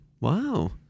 Wow